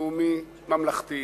לאומי ממלכתי,